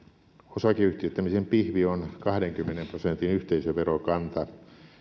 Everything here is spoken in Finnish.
osakeyhtiöittämisen pihvi on kahdenkymmenen prosentin yhteisöverokanta